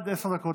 עד עשר דקות